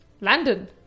london